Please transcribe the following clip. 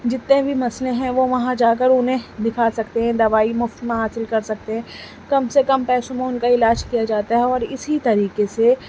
جتے بھی مسئلے ہیں وہ وہاں جا کر انہیں دکھا سکتے ہیں دوائی مفت میں حاصل کر سکتے ہیں کم سے کم پیسوں میں ان کا علاج کیا جاتا ہے اور اسی طریقہ سے